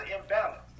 imbalance